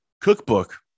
cookbook